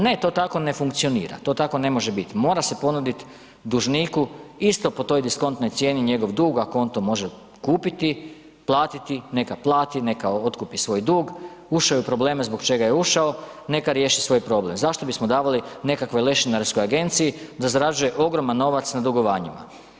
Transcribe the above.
Ne, to tako ne funkcionira, to tako ne može bit, mora se ponudit dužniku isto po toj diskontnoj cijeni njegov dug ako on to može kupiti, platiti, neka plati neka otkupi svoj dug, ušao je u probleme zbog čega je ušao, neka riješi svoj problem, zašto bismo davali nekakvoj lešinarskoj agenciji da zarađuje ogroman novac na dugovanjima.